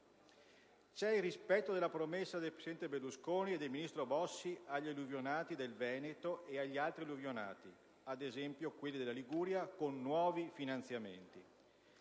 C'è il rispetto della promessa del presidente Berlusconi e del ministro Bossi agli alluvionati del Veneto e ad altri alluvionati, ad esempio quelli della Liguria, con nuovi finanziamenti;